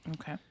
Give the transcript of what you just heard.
Okay